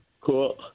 Cool